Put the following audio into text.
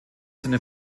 seine